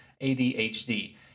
ADHD